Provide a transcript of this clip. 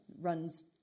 runs